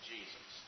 Jesus